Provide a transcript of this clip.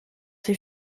ses